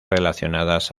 relacionadas